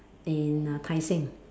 in Tai-Seng